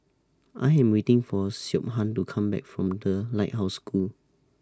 I Am waiting For Siobhan to Come Back from The Lighthouse School